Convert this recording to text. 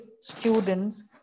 students